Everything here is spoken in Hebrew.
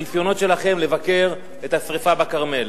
הניסיונות שלכם לבקר את השרפה בכרמל,